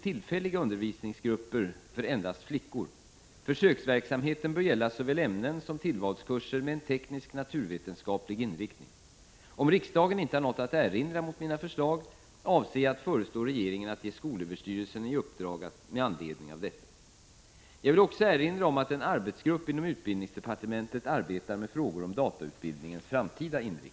tillfälliga undervisningsgrupper för endast flickor. Försöksverksamheten bör gälla såväl ämnen som tillvalskurser med en teknisk-naturvetenskaplig inriktning. Om riksdagen inte har något att erinra mot mina förslag avser jag att föreslå regeringen att ge skolöverstyrelsen uppdrag med anledning av detta. Jag vill också erinra om att en arbetsgrupp inom utbildningsdepartementet arbetar med frågor om datautbildningens framtida inriktning.